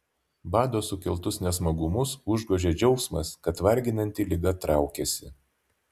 bado sukeltus nesmagumus užgožia džiaugsmas kad varginanti liga traukiasi